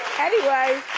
anyway,